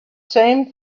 same